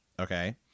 Okay